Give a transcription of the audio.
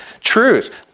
truth